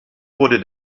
wurde